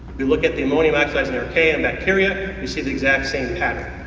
we look at the ammonium oxidizing archaea and bacteria and see the exact same pattern.